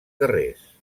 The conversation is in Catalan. carrers